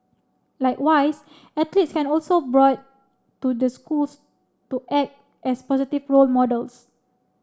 likewise athletes can also brought to the schools to act as positive role models